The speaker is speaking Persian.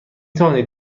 توانید